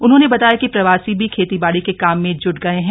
उन्होंने बताया कि प्रवासी भी खेतीबाड़ी के काम में ज्ट गये हैं